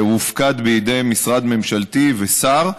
הוא הופקד בידי משרד ממשלתי ושר.